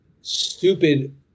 stupid